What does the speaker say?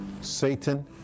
Satan